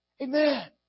Amen